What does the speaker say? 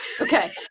Okay